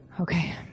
Okay